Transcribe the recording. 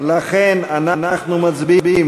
לכן אנחנו מצביעים